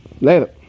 Later